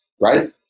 right